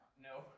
No